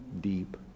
deep